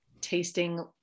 tasting